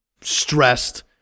stressed